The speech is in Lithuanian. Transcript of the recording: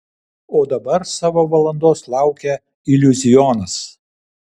o dabar savo valandos laukia iliuzionas